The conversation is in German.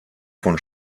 von